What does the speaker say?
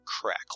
Crackle